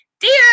Dear